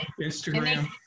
Instagram